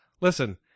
Listen